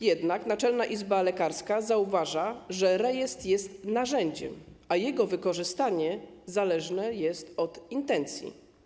Jednak Naczelna Izba Lekarska zauważa, że rejestr jest narzędziem, a jego wykorzystanie zależne jest od intencji.